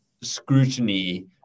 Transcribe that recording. scrutiny